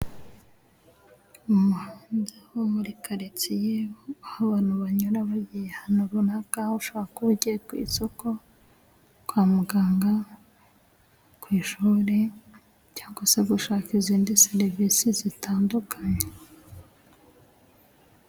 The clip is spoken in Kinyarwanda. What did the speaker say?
Umuhanda wo muri karitsiye aho abantu banyura bagiye ahantu runaka, aho ushobora kuba ugiye ku isoko, kwa muganga, ku ishuri cyangwa se gushaka izindi serivisi zitandukanye.